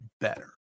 better